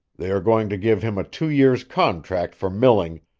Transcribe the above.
they are going to give him a two years' contract for milling,